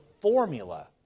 formula